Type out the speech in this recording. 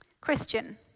Christian